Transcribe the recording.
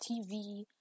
TV